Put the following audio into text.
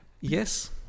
yes